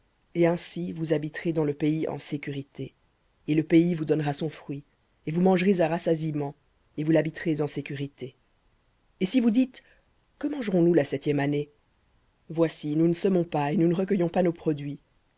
et ainsi vous habiterez dans le pays en sécurité et le pays vous donnera son fruit et vous mangerez à rassasiement et vous l'habiterez en sécurité et si vous dites que mangerons nous la septième année voici nous ne semons pas et nous ne recueillons pas nos produits